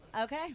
Okay